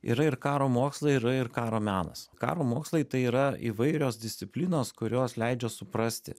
yra ir karo mokslai yra ir karo menas karo mokslai tai yra įvairios disciplinos kurios leidžia suprasti